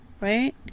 right